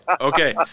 Okay